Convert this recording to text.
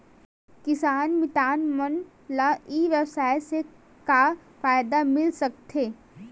किसान मितान मन ला ई व्यवसाय से का फ़ायदा मिल सकथे?